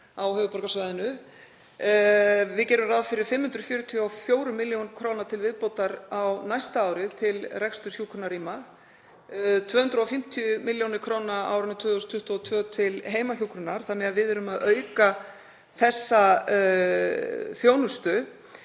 á höfuðborgarsvæðinu. Við gerum ráð fyrir 544 millj. kr. til viðbótar á næsta ári til reksturs hjúkrunarrýma, 250 millj. kr. á árinu 2022 til heimahjúkrunar þannig að við erum að auka þessa þjónustu.